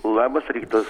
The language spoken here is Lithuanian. labas rytas